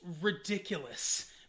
ridiculous